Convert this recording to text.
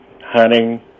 hunting